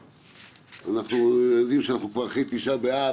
אנחנו כבר אחרי תשעה באב,